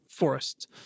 forests